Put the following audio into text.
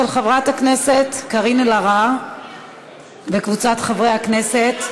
של חברת הכנסת קארין אלהרר וקבוצת חברי הכנסת.